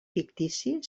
fictici